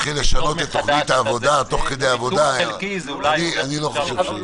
ביטול חלקי זה אולי עוד פתרון.